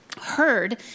heard